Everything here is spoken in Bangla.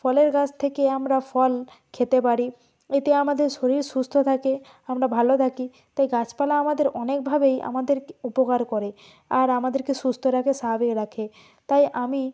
ফলের গাছ থেকে আমরা ফল খেতে পারি এতে আমাদের শরীর সুস্থ্য থাকে আমরা ভালো থাকি তাই গাছপালা আমাদের অনেকভাবেই আমাদেরকে উপকার করে আর আমাদেরকে সুস্থ্য রাখে স্বাভাবিক রাখে তাই আমি